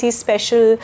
special